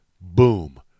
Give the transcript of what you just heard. boom